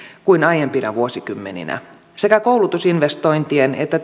kuin aiempina vuosikymmeninä sekä koulutusinvestointien että